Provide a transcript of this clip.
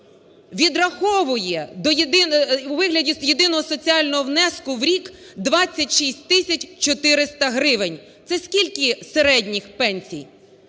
відраховує у вигляді єдиного соціального внеску в рік 26 тисяч 400 гривень. Це скільки середніх пенсій?